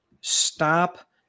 stop